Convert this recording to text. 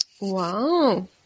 Wow